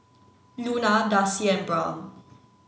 Luna Darcy and Brown